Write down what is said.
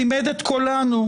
לימד את כולנו,